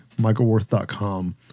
michaelworth.com